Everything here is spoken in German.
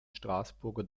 straßburger